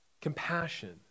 Compassion